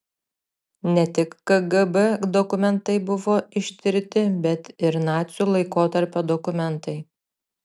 ne tik kgb dokumentai buvo ištirti bet ir nacių laikotarpio dokumentai